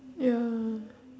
ya